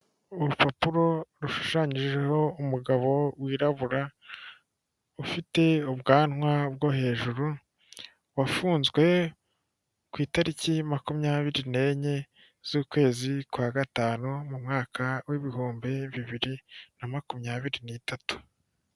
Urupapuro rushushanyijeho umugabo wirabura ufite ubwanwa bwo hejuru wafunzwe ku itariki makumyabiri nenye z'ukwezi kwa gatanu mu mwaka w'ibihumbi bibiri na makumyabiri n'itatu.